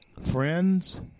Friends